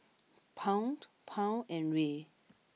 Pound Pound and Riel